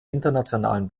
internationalen